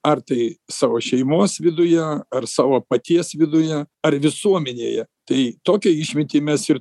ar tai savo šeimos viduje ar savo paties viduje ar visuomenėje tai tokią išmintį mes ir